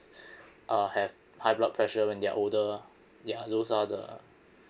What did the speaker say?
uh have high blood pressure when they're older ya those are the